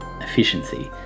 efficiency